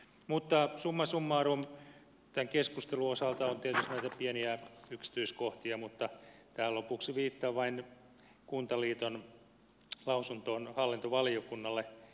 mutta summa summarum tämän keskustelun osalta on tietysti näitä pieniä yksityiskohtia mutta tähän lopuksi viittaan vain kuntaliiton lausuntoon hallintovaliokunnalle